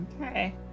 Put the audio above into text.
Okay